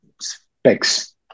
specs